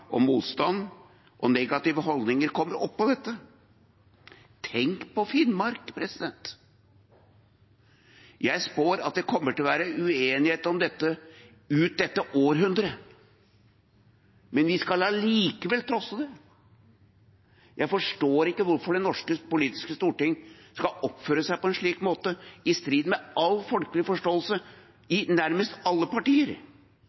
og motstand og negative holdninger kommer oppå dette. Tenk på Finnmark! Jeg spår at det kommer til å være uenighet om dette ut dette århundret, men vi skal allikevel trosse det! Jeg forstår ikke hvorfor det norske politiske storting skal oppføre seg på en slik måte, i strid med all folkelig forståelse i nærmest alle partier.